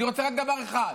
אני רוצה רק דבר אחד: